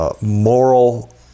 moral